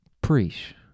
preach